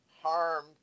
harm